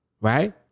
right